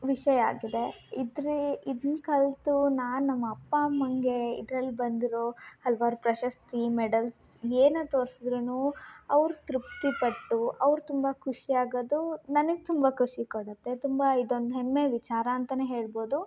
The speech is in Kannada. ವಿಷಯ ಆಗಿದೆ ಇದ್ರ ಇದ್ನ ಕಲಿತು ನಾನು ನಮ್ಮ ಅಪ್ಪ ಅಮ್ಮಂಗೆ ಇದ್ರಲ್ಲಿ ಬಂದಿರೊ ಹಲವಾರು ಪ್ರಶಸ್ತಿ ಮೆಡಲ್ಸ್ ಏನೆ ತೋರ್ಸಿದ್ರುನು ಅವ್ರು ತೃಪ್ತಿ ಪಟ್ಟು ಅವ್ರು ತುಂಬ ಖುಷಿಯಾಗೊದು ನನಗೆ ತುಂಬ ಖುಷಿ ಕೊಡುತ್ತೆ ತುಂಬ ಇದೊಂದು ಹೆಮ್ಮೆ ವಿಚಾರ ಅಂತ ಹೇಳ್ಬೋದು